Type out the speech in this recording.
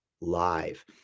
live